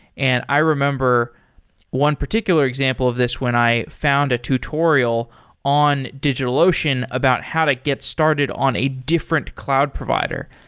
and i remember one particular example of this when i found a tutorial in digitalocean about how to get started on a different cloud provider.